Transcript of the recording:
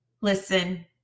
listen